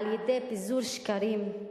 על-ידי פיזור שקרים.